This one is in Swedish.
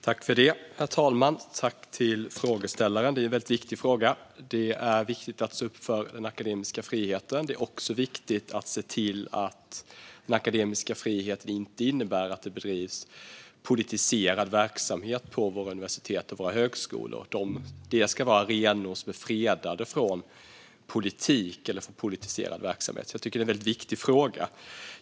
Herr talman! Detta är en väldigt viktig fråga. Det är viktigt att stå upp för den akademiska friheten. Det är också viktigt att se till att den akademiska friheten inte innebär att det bedrivs politiserad verksamhet på våra universitet och våra högskolor. Det ska vara arenor som är fredade från politik eller politiserad verksamhet. Jag tycker att det är en väldigt viktig fråga.